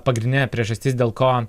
pagrindinė priežastis dėl ko